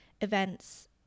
events